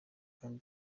kandi